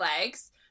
legs